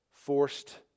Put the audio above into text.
Forced